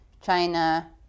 China